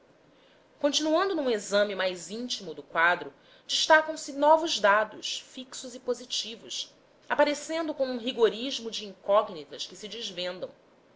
continuando num exame mais íntimo do quadro destacam se novos dados fixos e positivos aparecendo com um rigorismo de incógnitas que se desvendam